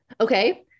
Okay